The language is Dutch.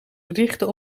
richten